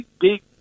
big